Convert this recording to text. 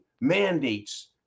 mandates